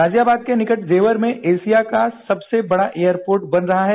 गाजियाबाद के निकट जेवर में एशिया का सबसे बढ़ा एयरपोर्ट बन रहा है